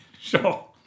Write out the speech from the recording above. sure